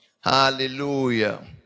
Hallelujah